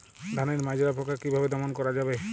ধানের মাজরা পোকা কি ভাবে দমন করা যাবে?